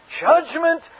judgment